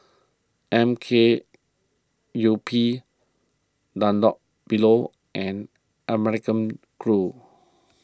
M K U P Dunlopillo and American Crew